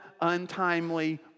untimely